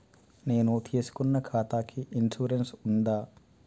నేను తీసుకున్న ఖాతాకి ఇన్సూరెన్స్ ఉందా?